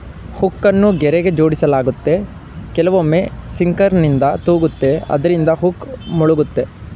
ಹುಕ್ಕನ್ನು ಗೆರೆಗೆ ಜೋಡಿಸಲಾಗುತ್ತೆ ಕೆಲವೊಮ್ಮೆ ಸಿಂಕರ್ನಿಂದ ತೂಗುತ್ತೆ ಅದ್ರಿಂದ ಹುಕ್ ಮುಳುಗುತ್ತೆ